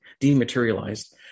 Dematerialized